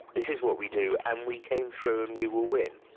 this is what we do, and we came through and we will win.